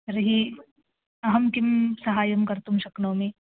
तर्हि अहं किं सहायं कर्तुं शक्नोमि